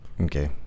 Okay